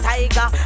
Tiger